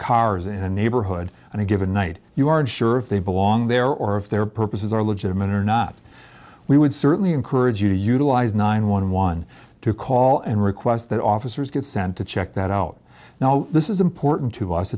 cars in a neighborhood and a given night you aren't sure if they belong there or if their purposes are legitimate or not we would certainly encourage you to utilize nine one one to call and request that officers get sent to check that out now this is important to us